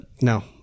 No